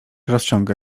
rozciąga